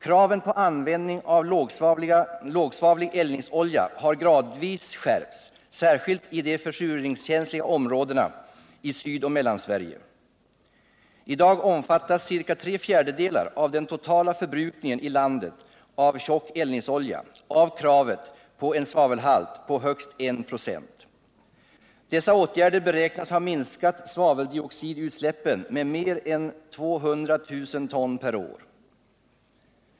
Kraven på användning av lågsvavlig eldningsolja har gradvis skärpts, särskilt i de försurningskänsliga områdena i Sydoch Mellansverige. I dag omfattas ca tre fjärdedelar av den totala förbrukningen i landet av tjock eldningsolja av kravet på en svavelhalt på högst I 26. Dessa åtgärder beräknas ha minskat svaveldioxidutsläppen med mer än 200 000 ton/år.